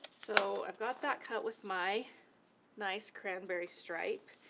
so i've got that cut with my nice cranberry stripe.